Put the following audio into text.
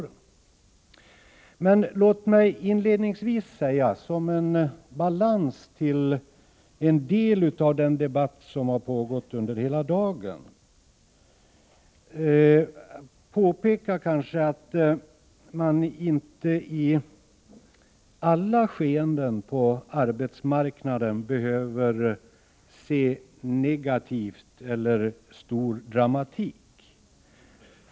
Men låt mig inledningsvis, för att balansera en del av den debatt som förts under hela dagen, påpeka att man inte behöver se någonting negativt eller någon stor dramatik i alla skeenden på arbetsmarknaden.